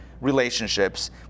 relationships